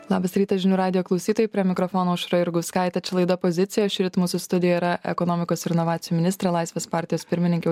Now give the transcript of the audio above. labas rytas žinių radijo klausytojai prie mikrofono aušra jurgauskaitė čia laida pozicija o šįryt mūsų studijoj yra ekonomikos ir inovacijų ministrė laisvės partijos pirmininkė